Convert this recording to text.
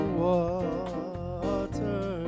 water